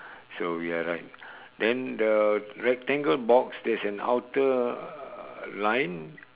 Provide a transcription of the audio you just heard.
so we are right then the rectangle box there's an outer uh line